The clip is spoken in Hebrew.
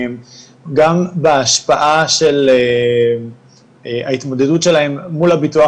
גם בהשפעה של ההתמודדות שלהם מול הביטוח